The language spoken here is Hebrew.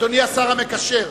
אדוני השר המקשר,